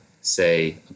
say